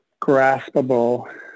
graspable